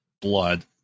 blood